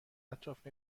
اطراف